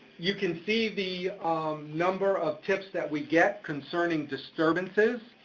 you can see the um number of tips that we get concerning disturbances,